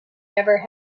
never